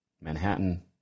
Manhattan